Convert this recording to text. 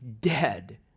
dead